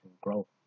grow